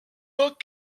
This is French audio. tant